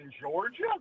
Georgia